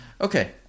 okay